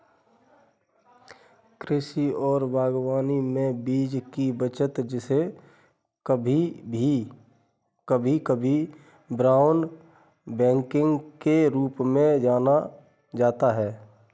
कृषि और बागवानी में बीज की बचत जिसे कभी कभी ब्राउन बैगिंग के रूप में जाना जाता है